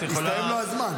תלכו מכאן.